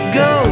go